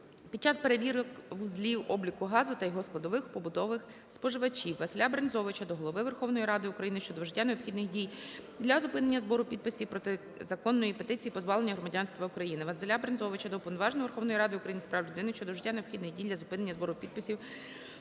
під час перевірок вузлів обліку газу та його складових у побутових споживачів. ВасиляБрензовича до Голови Верховної Ради України щодо вжиття необхідних дій для зупинення збору підписів протизаконної петиції "Позбавлення громадянства України". ВасиляБрензовича до Уповноваженого Верховної Ради України з прав людини щодо вжиття необхідних дій для зупинення збору підписів